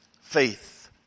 faith